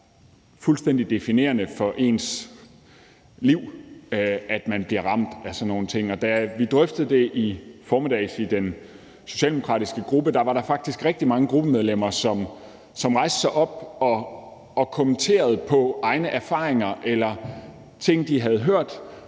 fuldstændig definerende for ens liv, at man bliver ramt af sådan nogle ting. Og da vi drøftede det i formiddag i den socialdemokratiske gruppe, var der faktisk rigtig mange gruppemedlemmer, som rejste sig op og kommenterede på egne erfaringer eller på ting, de havde hørt,